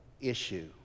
issue